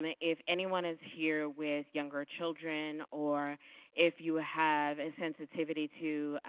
ah if anyone is here with younger children or if you have a sensitivity to